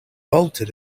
bolted